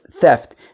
theft